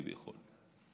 כביכול.